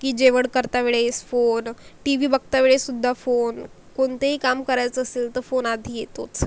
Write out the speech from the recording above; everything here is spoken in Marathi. की जेवण करता वेळेस फोन टी वी बघता वेळेससुद्धा फोन कोणतेही काम करायचं असेल तर फोन आधी येतोच